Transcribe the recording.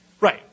Right